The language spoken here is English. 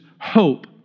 hope